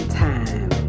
time